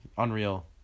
unreal